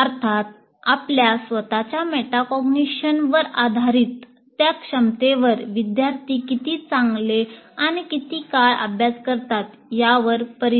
अर्थात आपल्या स्वतःच्या मेटाकॉग्निशनवर क्षमतेवर विद्यार्थी किती चांगले आणि किती काळ अभ्यास करतात किती